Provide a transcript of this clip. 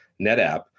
netapp